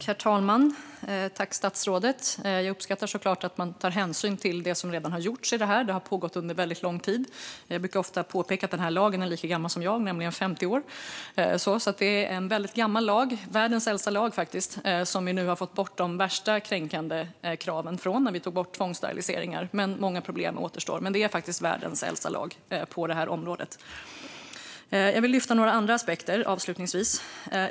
Herr talman! Jag uppskattar såklart att man tar hänsyn till det som redan har gjorts. Detta har pågått under väldigt lång tid; jag brukar ofta påpeka att lagen är lika gammal som jag, nämligen 50 år. Det är alltså en väldigt gammal lag - faktiskt världens äldsta på området. Vi fick bort de värsta kränkande kraven ur lagen när vi tog bort tvångssteriliseringar, även om många problem återstår. Men det är faktiskt världens äldsta lag på det här området. Jag vill avslutningsvis lyfta fram några andra aspekter.